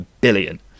billion